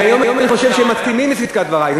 והיום אני חושב שמסכימים עם צדקת דברי.